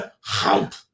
hump